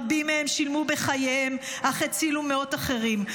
רבים מהם שילמו בחייהם, אך הצילו מאות אחרים.